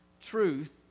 truth